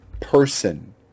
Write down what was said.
person